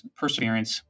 perseverance